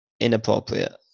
inappropriate